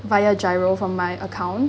via GIRO from my account